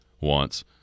wants –